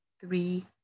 Three